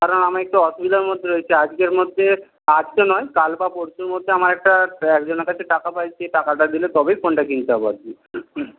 কারণ আমি একটু অসুবিধার মধ্যে রয়েছি আজকের মধ্যে আজকে নয় কাল বা পরশু মধ্যে আমার একটা একজনার কাছে টাকা পাই সে টাকাটা দিলে তবেই ফোনটা কিনতে যাবো আর কি